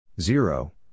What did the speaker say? Zero